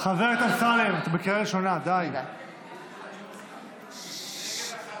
נגד מאי גולן,